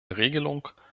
regelung